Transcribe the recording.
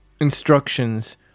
instructions